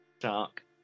dark